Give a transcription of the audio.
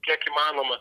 kiek įmanoma